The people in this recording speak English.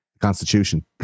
constitution